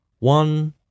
One